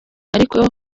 ariko